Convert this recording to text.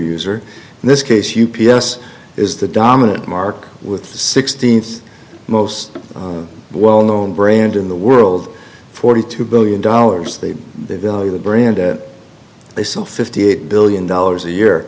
user in this case u p s is the dominant mark with the sixteenth most well known brand in the world forty two billion dollars they value the brand that they sell fifty eight billion dollars a year